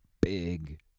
big